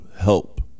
help